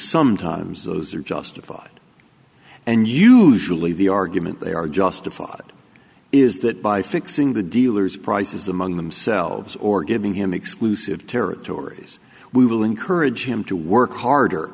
sometimes those are justified and usually the argument they are justified is that by fixing the dealers prices among themselves or giving him exclusive territories we will encourage him to work harder